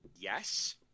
Yes